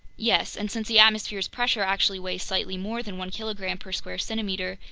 yes, and since the atmosphere's pressure actually weighs slightly more than one kilogram per square centimeter,